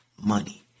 money